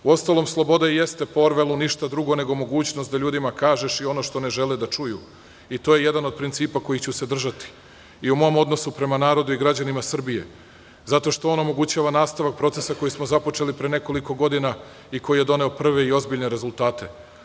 Uostalom, sloboda i jeste po Orvelu ništa drugo nego mogućnost da ljudima kažeš i ono što ne žele da čuju, i to je jedan od principa kojih ću se držati i u mom odnosu prema narodu i građanima Srbije, zato što on omogućava nastavak procesa koji smo započeli pre nekoliko godina i koji je dobio prve i ozbiljne rezultate.